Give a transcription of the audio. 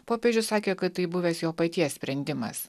popiežius sakė kad tai buvęs jo paties sprendimas